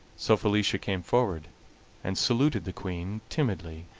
so felicia came forward and saluted the queen timidly,